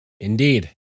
Indeed